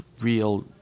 real